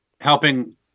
helping